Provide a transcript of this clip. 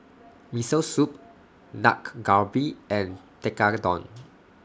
Miso Soup Dak Galbi and Tekkadon